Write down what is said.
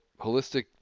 holistic